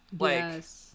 Yes